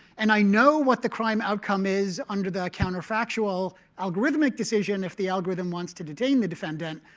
and i know what the crime outcome is under the counter-factual algorithmic decision if the algorithm wants to detain the defendant,